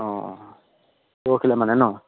অঁ পৰহালৈ মানে নহ্